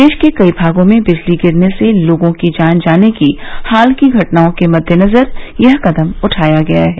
देश के कई भागों में बिजली गिरने से लोगों की जान जाने की हाल की घटनाओं के मद्देनजर यह कदम उठाया गया है